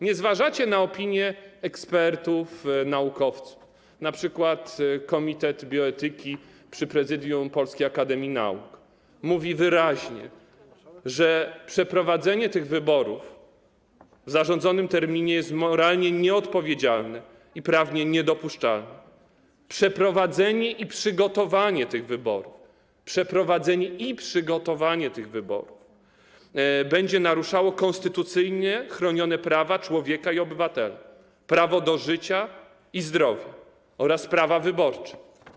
Nie zważacie na opinie ekspertów, naukowców, np. Komitet Bioetyki przy Prezydium Polskiej Akademii Nauk mówi wyraźnie, że przeprowadzenie tych wyborów w zarządzonym terminie jest moralnie nieodpowiedzialne i prawnie niedopuszczalne, przeprowadzenie i przygotowanie tych wyborów będzie naruszało konstytucyjnie chronione prawa człowieka i obywatela: prawo do życia i zdrowia oraz prawa wyborcze.